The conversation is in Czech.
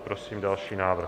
Prosím další návrh.